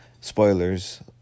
Spoilers